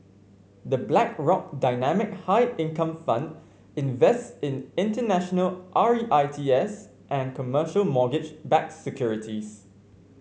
the Blackrock Dynamic High Income Fund invests in international R E I T S and commercial mortgage backed securities